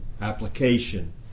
application